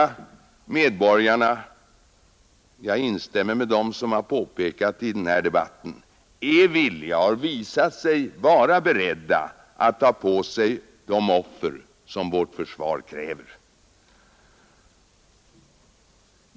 Jag instämmer med dem som har påpekat i den här debatten att de svenska medborgarna har visat sig vara beredda att ta på sig de offer som vårt försvar kräver.